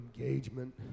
engagement